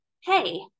hey